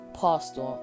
pastor